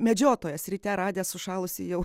medžiotojas ryte radęs sušalusį jau